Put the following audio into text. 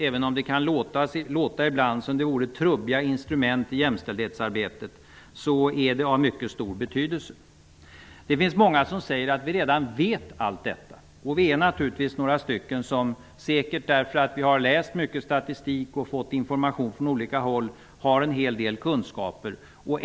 Även om statistik och analys ibland kan låta som trubbiga instrument i jämställdhetsarbetet är de av mycket stor betydelse. Det finns många som säger att vi redan vet allt om detta. Vi är naturligtvis några stycken som säkert -- eftersom vi har läst mycket statistik och fått information från olika håll -- har en hel del kunskaper.